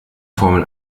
formel